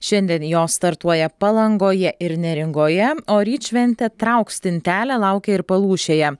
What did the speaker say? šiandien jos startuoja palangoje ir neringoje o ryt šventė trauk stintelę laukia ir palūšėje